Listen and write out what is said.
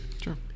Sure